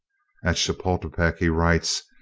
at chapultepec, he writes,